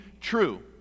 true